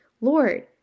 Lord